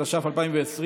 התש"ף 2020,